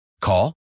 Call